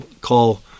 call